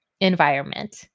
environment